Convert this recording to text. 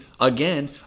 again